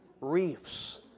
Reefs